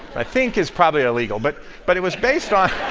i think it's probably illegal, but but it was based on